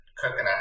coconut